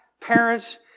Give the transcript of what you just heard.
parents